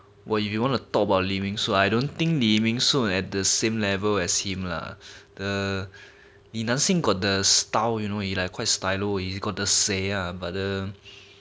!wah! you you want to talk about li ming shun I don't think li ming shun at the same level as him lah the li nanxing got the style you know he like quite stylo always got to but uh